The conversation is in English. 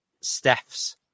Steph's